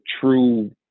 true